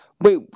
Wait